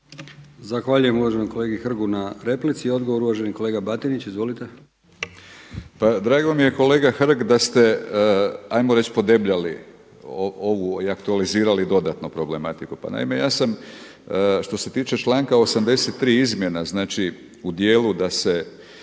Zahvaljujem uvaženom kolegi Hrgu na replici. I odgovor uvaženi kolega Batinić, izvolite. **Batinić, Milorad (HNS)** Pa, drago mi je kolega Hrg da ste 'ajmo reći podebljali ovu i aktualizirali dodatno problematiku. Pa naime, ja sam, što se tiče članka 83. izmjena, znači u dijelu da se